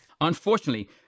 Unfortunately